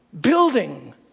building